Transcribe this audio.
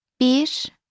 Bir